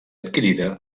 adquirida